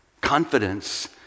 Confidence